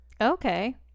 Okay